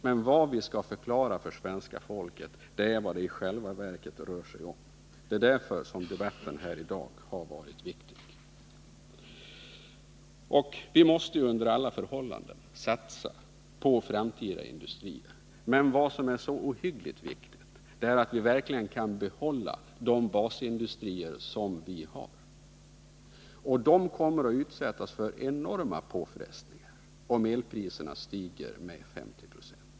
Men vad vi måste förklara för svenska folket är vad det i själva verket rör sig om. Det är därför debatten här i dag har varit viktig. Vi måste under alla förhållanden satsa på framtida industrier. Men vad som är oerhört viktigt är att vi verkligen kan behålla de basindustrier som vi har. Dessa kommer att utsättas för enorma påfrestningar om elpriserna stiger med 50 76.